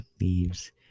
leaves